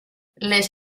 les